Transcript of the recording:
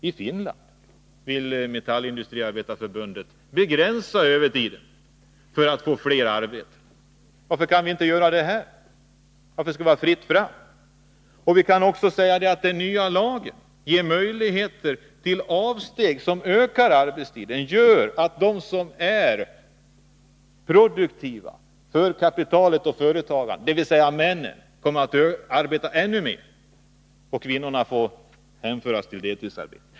I Finland vill metallindustriarbetareförbundet begränsa övertiden för att få fler arbeten. Varför kan vi inte göra på samma sätt här? Varför skall det vara fritt fram? Det kan också sägas att den nya lagen ger möjligheter till avsteg som ökar arbetstiden. Det gör att de som är produktiva för kapitalet och företagandet, dvs. männen, kommer att arbeta ännu mer och att kvinnorna hänvisas till deltidsarbete.